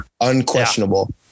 unquestionable